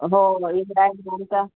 हो